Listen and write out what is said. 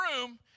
room